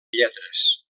lletres